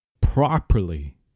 properly